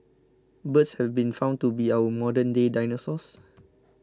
birds have been found to be our modernday dinosaurs